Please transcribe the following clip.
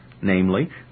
namely